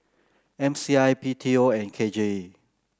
M C I B T O and K J E